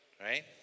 right